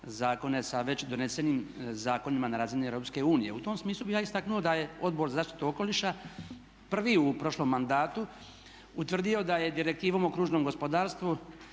zakone sa već donesenim zakonima na razini EU. U tom smislu bih ja istaknuo da je Odbor za zaštitu okoliša prvi u prošlom mandatu utvrdio da je Direktivom o kružnom gospodarstvu